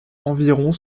environ